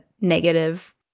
negative